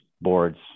boards